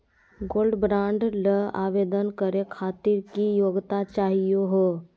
Gold bond ल आवेदन करे खातीर की योग्यता चाहियो हो?